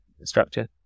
structure